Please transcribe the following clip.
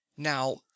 Now